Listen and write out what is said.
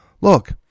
look